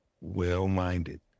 well-minded